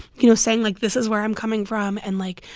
you know, saying, like, this is where i'm coming from, and, like,